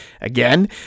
Again